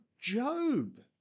Job